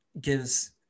gives